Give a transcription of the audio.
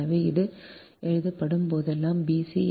எனவே அது எழுதப்படும் போதெல்லாம் பி சி